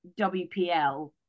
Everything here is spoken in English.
WPL